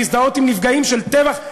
להזדהות עם נפגעים של טבח,